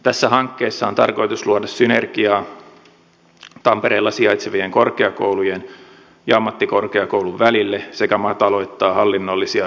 tässä hankkeessa on tarkoitus luoda synergiaa tampereella sijaitsevien korkeakoulujen ja ammattikorkeakoulun välille sekä mataloittaa hallinnollisia raja aitoja